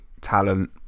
talent